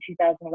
2011